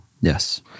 Yes